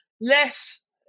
less